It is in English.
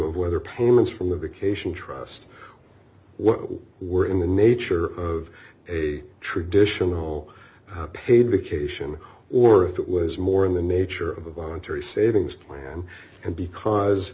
of whether payments from the vacation trast what were in the nature of a traditional paid vacation or if it was more in the nature of a voluntary savings plan and because